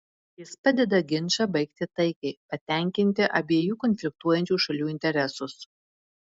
jis padeda ginčą baigti taikiai patenkinti abiejų konfliktuojančių šalių interesus